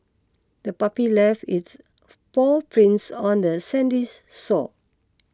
the puppy left its paw prints on the sandy's shore